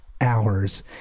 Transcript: hours